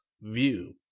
View